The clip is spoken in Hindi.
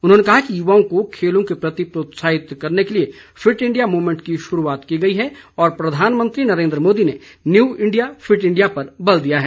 उन्होंने कहा कि युवाओं को खेलों के प्रति प्रोत्साहित करने के लिए फिट इंडिया मूवमेंट की शुरूआत की गई है और प्रधानमंत्री नरेन्द्र मोदी ने न्यू इंडिया फिट इंडिया पर बल दिया है